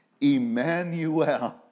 Emmanuel